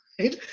right